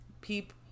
Peep